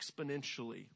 exponentially